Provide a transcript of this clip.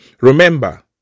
remember